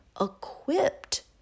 equipped